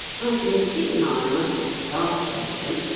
i can see how i must have exasperated em.